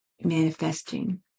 manifesting